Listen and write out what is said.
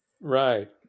Right